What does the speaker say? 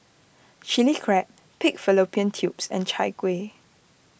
Chilli Crab Pig Fallopian Tubes and Chai Kueh